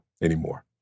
anymore